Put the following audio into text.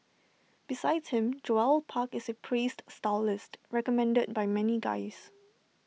besides him Joel park is A praised stylist recommended by many guys